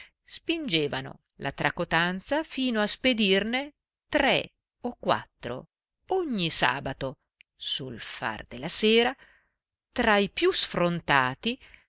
spingevano la tracotanza fino a spedirne tre o quattro ogni sabato sul far della sera tra i più sfrontati